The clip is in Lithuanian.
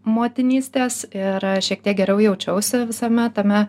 motinystės ir šiek tiek geriau jaučiausi visame tame